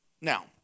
Now